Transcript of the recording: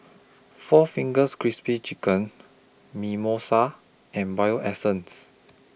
four Fingers Crispy Chicken Mimosa and Bio Essence